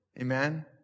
Amen